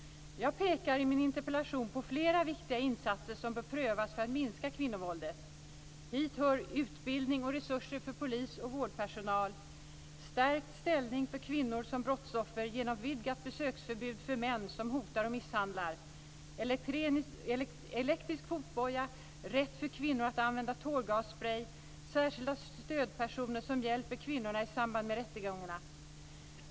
Jag pekar i min interpellation på flera viktiga insatser som bör prövas för att minska kvinnovåldet. Hit hör utbildning och resurser för polis och vårdpersonal, stärkt ställning för kvinnor som brottsoffer genom vidgat besöksförbud för män som hotar och misshandlar, elektrisk fotboja, rätt för kvinnor att använda tårgasspray och särskilda stödpersoner som hjälper kvinnorna i samband med rättegångarna.